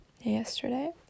yesterday